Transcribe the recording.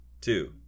two